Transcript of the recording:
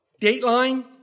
dateline